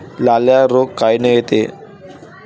लाल्या रोग कायनं येते?